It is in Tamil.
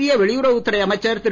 மத்திய வெளியுறவுத் துறை அமைச்சர் திரு